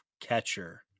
catcher